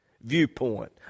viewpoint